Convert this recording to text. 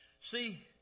See